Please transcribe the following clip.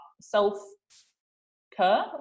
self-care